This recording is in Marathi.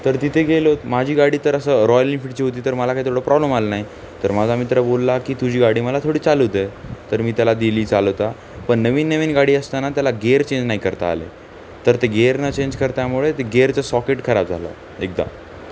तर तिथे गेलोत माझी गाडी तर असं रॉयल एनफिल्डची होती तर मला काही तेवढं प्रॉब्लेम आला नाही तर माझा मित्र बोलला की तुझी गाडी मला थोडी चालवू दे तर मी त्याला दिली चालवता पण नवीन नवीन गाडी असताना त्याला गिअर चेंज नाही करता आले तर ते गिअर न चेंज करतामुळे ते गिअरचं सॉकेट खराब झालं एकदा